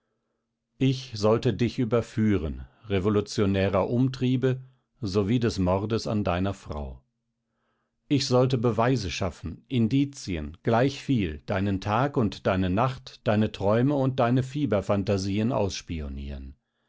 ich sollte dich überführen revolutionärer umtriebe sowie des mordes an deiner frau ich sollte beweise schaffen indizien gleichviel deinen tag und deine nacht deine träume und deine fieberphantasien ausspionieren